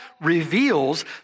reveals